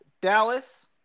Dallas